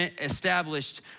established